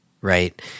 right